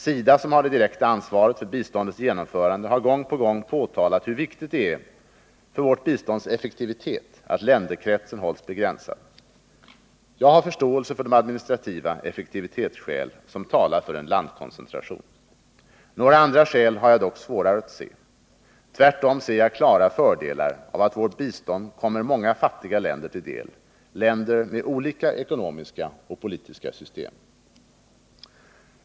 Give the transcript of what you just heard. SIDA, som har det direkta ansvaret för biståndets genomförande, har gång på gång påtalat hur viktigt det är för vårt bistånds effektivitet att länderkretsen hålls begränsad. Jag har förståelse för de administrativa effektivitetsskäl som talar för en landkoncentration. Några andra skäl har jag dock svårare att se. Tvärtom ser jag klara fördelar av att vårt bistånd kommer många fattiga länder till del — länder med olika ekonomiska och politiska system.